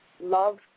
Love